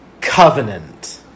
covenant